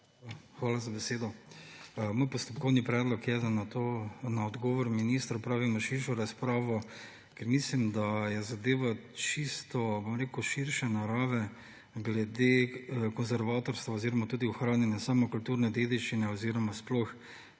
Hvala za besedo. Moj postopkovni predlog je, da na odgovor ministra opravimo širšo razpravo, ker mislim, da je zadeva čisto širše narave glede konservatorstva oziroma tudi ohranjanja same kulturne dediščine oziroma sploh